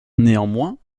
néanmoins